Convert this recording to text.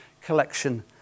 collection